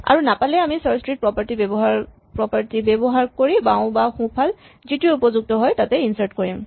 আৰু নাপালে আমি চাৰ্চ ট্ৰী প্ৰপাৰৰ্টী ব্যৱহাৰ কৰি বাওঁ বা সোঁফাল যিটোৱেই উপযুক্ত হয় তাতে ইনচাৰ্ট কৰিম